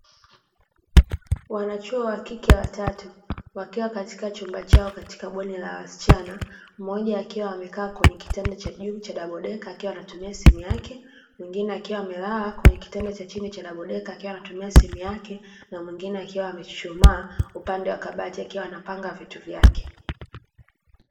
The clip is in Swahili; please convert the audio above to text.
Wanachuo wakike watatu wakiwa katika chumba chao katika bweni la wasichana, mmoja akiwa amekaa kwenye kitanda cha juu cha dabodeka akiwa anatumia simu yake, mwingine akiwa amelala kwenye kitanda cha chini cha dabodeka akiwa anatumia simu yake, na mwingine akiwa amechuchumaa upande wa kabati akiwa anapanga vitu vyake.